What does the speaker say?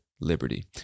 liberty